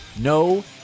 no